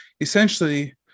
essentially